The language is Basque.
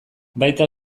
baita